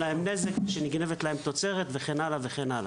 שנגנבת להם תוצרת וכן הלאה.